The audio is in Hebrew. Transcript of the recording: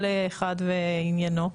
כל אחד ועניינו.